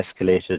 escalated